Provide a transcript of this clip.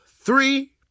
three